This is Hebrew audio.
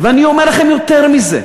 ואני אומר לכם יותר מזה,